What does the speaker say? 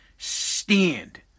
stand